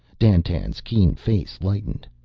dandtan's keen face lightened.